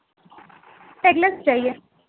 necklace چاہیے